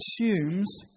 assumes